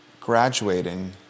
graduating